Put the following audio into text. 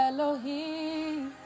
Elohim